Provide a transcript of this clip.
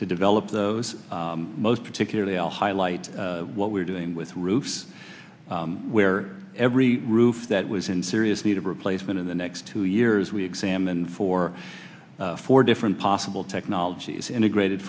to develop those most particularly i'll highlight what we're doing with roofs where every roof that was in serious need of replacement in the next two years we examined for four different possible technologies integrated